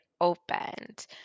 opened